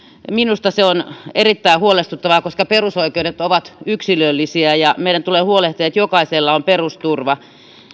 ja minusta se on erittäin huolestuttavaa koska perusoikeudet ovat yksilöllisiä ja meidän tulee huolehtia että jokaisella on perusturva